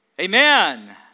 Amen